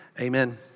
Amen